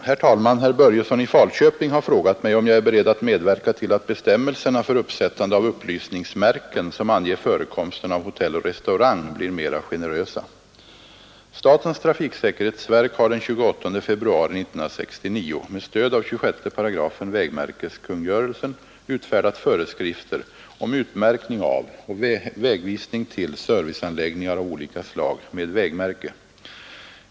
Herr talman! Herr Börjesson i Falköping har frågat mig, om jag är beredd att medverka till att bestämmelserna för uppsättande av upplysningsmärken, som anger förekomsten av hotell och restaurang, blir mera generösa. vägmärkeskungörelsen utfärdat föreskrifter om utmärkning av och vägvisning till serviceanläggningar av olika slag med vägmärke.